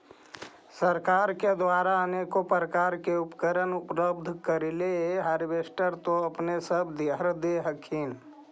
सरकार के द्वारा अनेको प्रकार उपकरण उपलब्ध करिले हारबेसटर तो अपने सब धरदे हखिन?